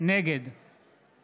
נגד